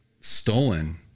Stolen